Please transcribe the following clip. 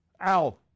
Al